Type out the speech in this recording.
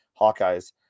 hawkeyes